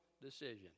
decision